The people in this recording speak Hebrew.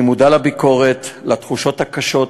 אני מודע לביקורת, לתחושות הקשות,